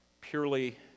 purely